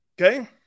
Okay